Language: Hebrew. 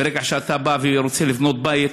ברגע שאתה בא ורוצה לבנות בית,